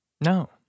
No